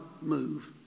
move